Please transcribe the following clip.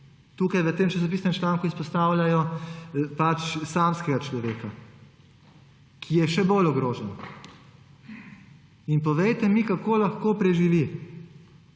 V tem časopisnem članku izpostavljajo samskega človeka, ki je še bolj ogrožen. Povejte mi, kako lahko preživi,